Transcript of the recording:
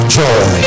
joy